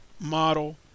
model